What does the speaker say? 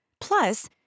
Plus